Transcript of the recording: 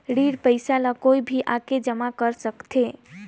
ऋण पईसा ला कोई भी आके जमा कर सकथे?